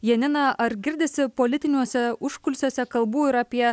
janina ar girdisi politiniuose užkulisiuose kalbų ir apie